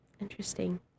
Interesting